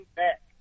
back